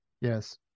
Yes